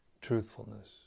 truthfulness